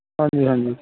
ਹਾਂਜੀ ਹਾਂਜੀ